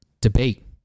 debate